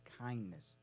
kindness